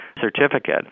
certificate